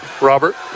robert